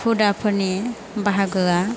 हुदाफोरनि बाहागोआ